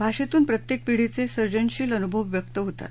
भाषेतून प्रत्येक पीडीचे सर्जनशील अनुभव व्यक्त होतात